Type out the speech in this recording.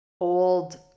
old